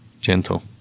gentle